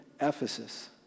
Ephesus